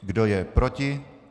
Kdo je proti?